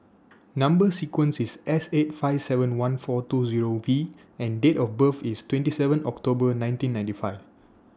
Number sequence IS S eight five seven one four two Zero V and Date of birth IS twenty seven October nineteen ninety five